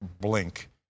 blink